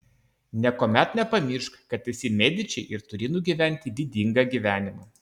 niekuomet nepamiršk kad esi mediči ir turi nugyventi didingą gyvenimą